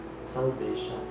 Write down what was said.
salvation